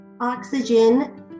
Oxygen